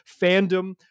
fandom